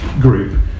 group